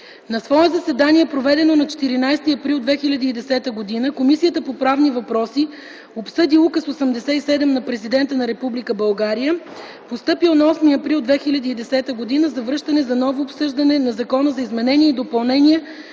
На свое заседание, проведено на 14 април 2010 г., Комисията по правни въпроси обсъди Указ № 87 на президента на Република България, постъпил на 8 април 2010 г. за връщане за ново обсъждане на Закона за изменение и допълнение